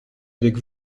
avec